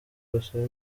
basaba